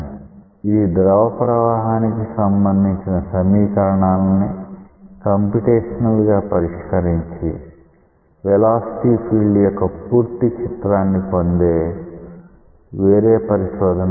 ఇది ద్రవ ప్రవాహానికి సంబంధించిన సమీకరణాలని కంప్యూటేషనల్ గా పరిష్కరించి వెలాసిటీ ఫీల్డ్ యొక్క పూర్తి చిత్రాన్నిపొందే వేరే పరిశోధనా అంశం